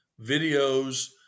videos